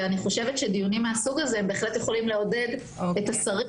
דיונים מהסוג הזה בהחלט יכולים לעודד את השרים